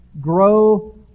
grow